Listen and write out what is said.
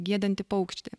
giedanti paukštė